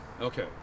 Okay